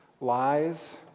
Lies